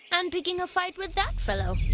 and picking a fight with that fellow.